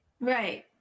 Right